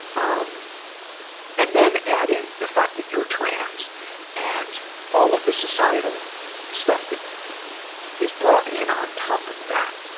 um and then, add in the fact that you're trans and all of the societal stuff that, that is brought in on top of that.